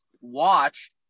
watch